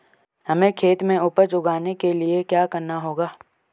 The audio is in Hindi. हमें खेत में उपज उगाने के लिये क्या करना होगा?